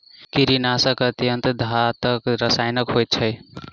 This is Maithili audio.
कीड़ीनाशक अत्यन्त घातक रसायन होइत अछि